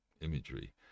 imagery